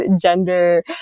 gender